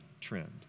trend